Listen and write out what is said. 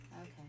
Okay